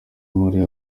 muri